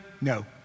no